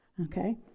Okay